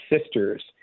sisters